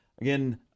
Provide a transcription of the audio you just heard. Again